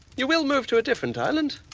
you will move to a different island?